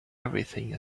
everything